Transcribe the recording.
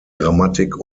grammatik